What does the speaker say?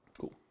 Cool